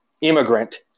immigrant